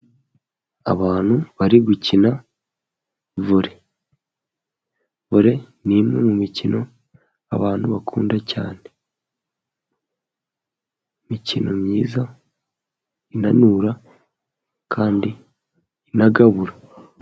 Abantu bari gukina vorebore. Ni imwe mu mikino abantu bakunda cyane. Imikino myiza inanura kandi inagabura.